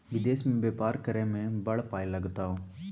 विदेश मे बेपार करय मे बड़ पाय लागतौ